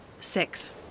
Six